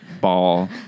ball